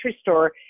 store